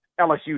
LSU